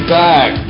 back